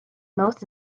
most